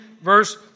Verse